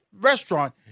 restaurant